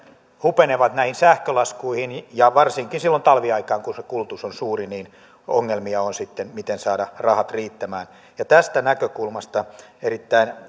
hupenevat näihin sähkölaskuihin ja varsinkin silloin talviaikaan kun se kulutus on suuri niin ongelmia on sitten miten saada rahat riittämään tästä näkökulmasta erittäin